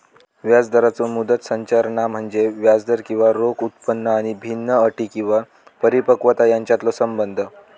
व्याजदराचो मुदत संरचना म्हणजे व्याजदर किंवा रोखा उत्पन्न आणि भिन्न अटी किंवा परिपक्वता यांच्यातलो संबंध